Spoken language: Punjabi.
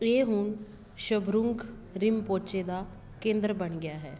ਇਹ ਹੁਣ ਸ਼ਬਰੁੰਗ ਰਿੰਮਪੋਚੇ ਦਾ ਕੇਂਦਰ ਬਣ ਗਿਆ ਹੈ